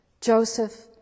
Joseph